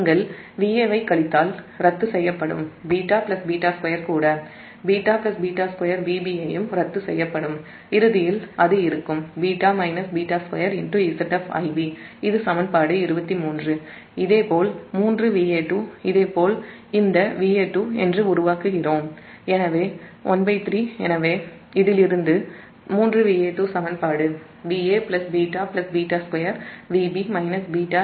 நீங்கள் Va ஐக் கழித்தால் ரத்து செய்யப்படும் β β2 கூட β β2 Vb யும் ரத்து செய்யப்படும் இறுதியில் β β2 Zf Ib